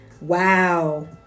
wow